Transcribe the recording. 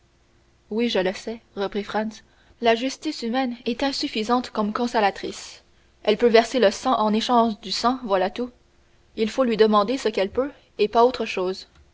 oui je le sais reprit franz la justice humaine est insuffisante comme consolatrice elle peut verser le sang en échange du sang voilà tout il faut lui demander ce qu'elle peut et pas autre chose